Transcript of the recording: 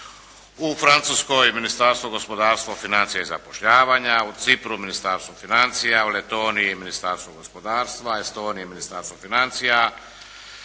U Francuskoj Ministarstvo gospodarstva, financija i zapošljavanja. U Cipru Ministarstvo financija. U Letoniji Ministarstvo gospodarstva. U Estoniji Ministarstvo financija.